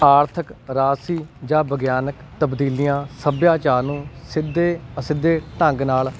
ਆਰਥਿਕ ਰਾਜਸੀ ਜਾਂ ਵਿਗਿਆਨਿਕ ਤਬਦੀਲੀਆਂ ਸੱਭਿਆਚਾਰ ਨੂੰ ਸਿੱਧੇ ਅਸਿੱਧੇ ਢੰਗ ਨਾਲ